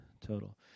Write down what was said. total